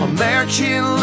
American